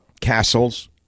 castles